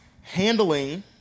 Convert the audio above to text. Handling